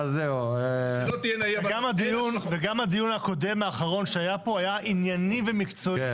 וגם הדיון הקודם והאחרון שהיה פה היה ענייני ומקצועי,